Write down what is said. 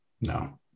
No